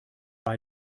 bei